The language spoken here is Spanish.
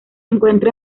encuentra